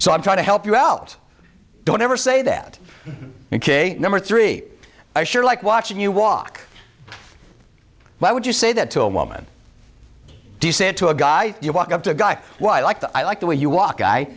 so i'm trying to help you out don't ever say that ok number three i sure like watching you walk why would you say that to a woman do you say to a guy you walk up to a guy why i like that i like the way you walk